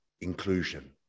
inclusion